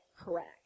correct